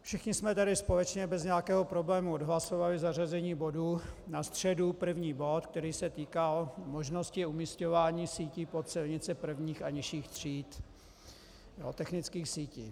Všichni jsme tady společně bez nějakého problému odhlasovali zařazení bodu na středu, první bod, který se týkal možnosti umisťování sítí pod silnice prvních a nižších tříd, technických sítí.